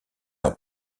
leur